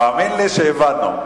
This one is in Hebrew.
תאמין לי שהבנו.